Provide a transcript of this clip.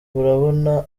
murabona